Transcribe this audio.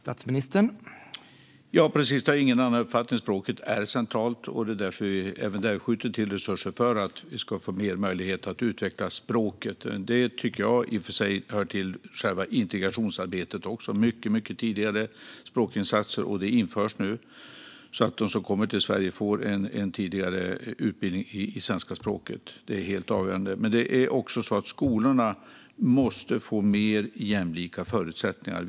Herr talman! Ja, precis, jag har ingen annan uppfattning - språket är centralt, och det är därför vi eventuellt skjuter till resurser för att ge fler möjligheter att utveckla språket. Det här tycker jag i och för sig hör till själva integrationsarbetet också. Mycket tidigare språkinsatser införs nu så att de som kommer till Sverige får utbildning i svenska språket tidigare. Det är helt avgörande. Men det är också så att skolorna måste få mer jämlika förutsättningar.